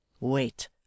Wait